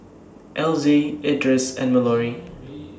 Elzie Edris and Malorie